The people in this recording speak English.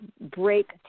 break